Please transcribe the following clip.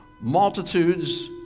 Multitudes